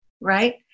right